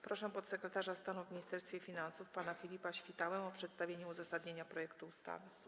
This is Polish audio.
Proszę podsekretarza stanu w Ministerstwie Finansów pana Filipa Świtałę o przedstawienie uzasadnienia projektu ustawy.